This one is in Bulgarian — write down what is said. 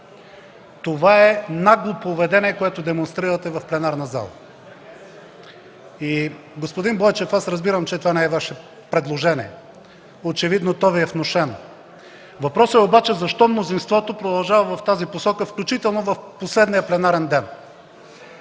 Това е нагло поведение, което демонстрирате в пленарната зала. Господин Бойчев, аз разбирам, че това не е Ваше предложение, очевидно то е внушено. Въпросът е обаче защо мнозинството продължава в тази посока, включително и в последния пленарен ден.